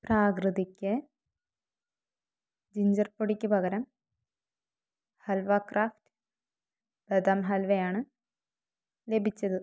പ്രാകൃതിക് ginger പൊടിയ്ക്ക് പകരം halwa craft ബദാം ഹൽവ ആണ് ലഭിച്ചത്